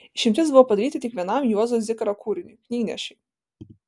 išimtis buvo padaryta tik vienam juozo zikaro kūriniui knygnešiui